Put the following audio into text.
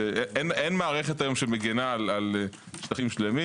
אין מערכת היום שמגנה על שטחים שלמים.